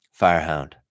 Firehound